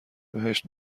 بهشت